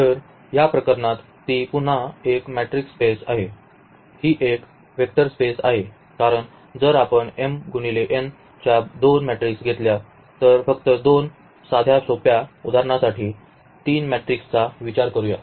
तर या प्रकरणात ती पुन्हा एक मॅट्रिक्स स्पेस आहे ही एक वेक्टर स्पेस आहे कारण जर आपण m आणि n च्या दोन मॅट्रिक्स घेतल्या तर फक्त 2 साध्या सोप्या उदाहरणासाठी 3 मॅट्रिकचा विचार करूया